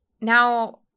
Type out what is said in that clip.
Now